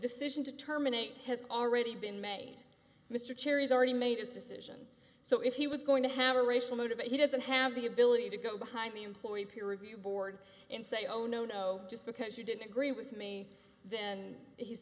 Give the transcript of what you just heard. decision to terminate has already been made mr cherry's already made his decision so if he was going to have a racial motive but he doesn't have the ability to go behind the employee peer review board and say oh no no just because you didn't agree with me